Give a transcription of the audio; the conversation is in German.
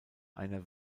einer